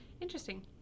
interesting